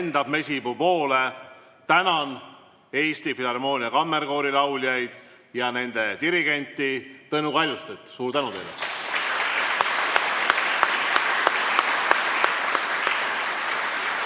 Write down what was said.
lendab mesipuu poole". Tänan Eesti Filharmoonia Kammerkoori lauljaid ja nende dirigenti Tõnu Kaljustet. Suur tänu teile!